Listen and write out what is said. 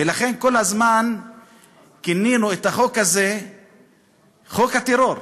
ולכן, כל הזמן כינינו את החוק הזה חוק הטרור,